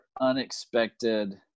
unexpected